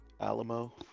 alamo